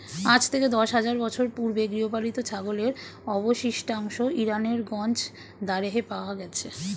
আজ থেকে দশ হাজার বছর পূর্বে গৃহপালিত ছাগলের অবশিষ্টাংশ ইরানের গঞ্জ দারেহে পাওয়া গেছে